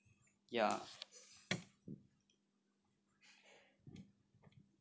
ya